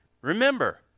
Remember